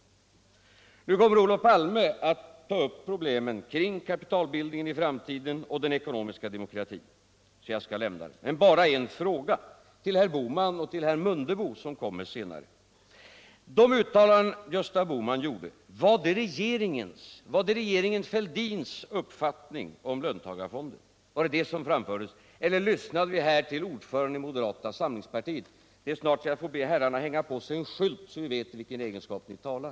Olof Palme kommer att ta upp problemen kring kapitalbildningen i framtiden och den ekonomiska demokratin, så jag skall inte närmare gå in på detta, men jag vill bara ställa en fråga till herr Bohman och till herr Mundebo, som kommer in senare i debatten: Var det uttalande Gösta Bohman gjorde regeringen Fälldins uppfattning om löntagarfonder? Var det den uppfattningen som framfördes eller lyssnade vi här till ordföranden i moderata samlingspartiet? Jag får snart be herrarna hänga på sig en skylt, så att vi vet i vilken egenskap ni talar.